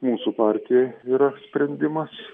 mūsų partijoj yra sprendimas